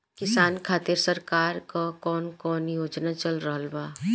किसान खातिर सरकार क कवन कवन योजना चल रहल बा?